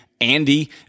Andy